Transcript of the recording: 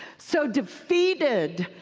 so defeated,